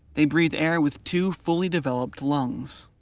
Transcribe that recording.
they breath air with two fully developed lungs.